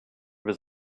was